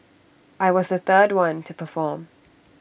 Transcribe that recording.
I was the third one to perform